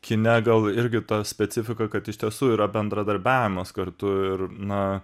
kine gal irgi ta specifika kad iš tiesų yra bendradarbiavimas kartu ir na